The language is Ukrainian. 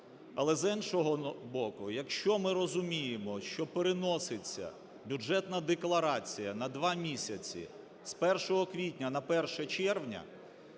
Але, з іншого боку, якщо ми розуміємо, що переноситься бюджетна декларація на 2 місяці: з 1 квітня на 1 червня.